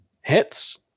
hits